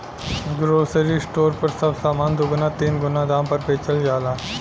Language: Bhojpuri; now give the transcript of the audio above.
ग्रोसरी स्टोर पर सब सामान दुगुना तीन गुना दाम पर बेचल जाला